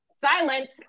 silence